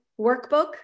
workbook